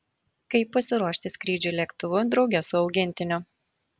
kaip pasiruošti skrydžiui lėktuvu drauge su augintiniu